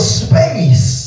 space